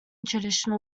traditional